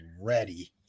ready